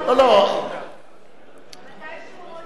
מתי שהוא רוצה.